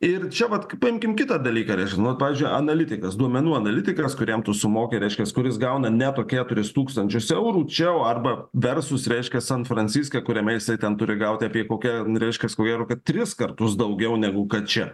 ir čia vat kaip paimkim kitą dalyką nu vat pavyzdžiui analitikas duomenų analitikas kuriam tu sumoki reiškiasi kuris gauna ne po keturis tūkstančius eurų čia o arba versus reiškias san franciske kuriame jisai ten turi gauti apie kokią reiškias ko gero kad tris kartus daugiau negu kad čia